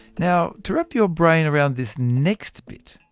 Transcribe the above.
now to wrap your brain around this next bit,